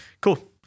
cool